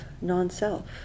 non-self